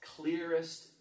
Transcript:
clearest